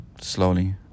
slowly